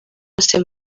hose